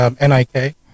Nik